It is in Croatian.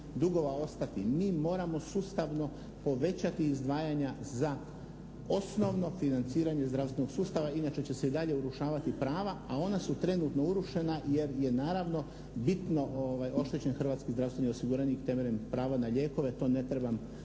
dugova ostati. Mi moramo sustavno povećati izdvajanja za osnovno financiranje zdravstvenog sustava inače će se i dalje urušavati prava, a ona su trenutno urušena jer je naravno bitno oštećen hrvatski zdravstveni osiguranik temeljem prava na lijekove, to ne trebam